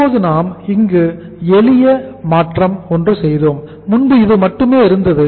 இப்போது நாம் இங்கு செய்த எளிய மாற்றம் முன்பு இது மட்டுமே இருந்தது